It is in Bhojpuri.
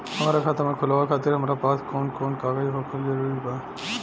हमार खाता खोलवावे खातिर हमरा पास कऊन कऊन कागज होखल जरूरी बा?